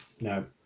No